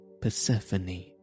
Persephone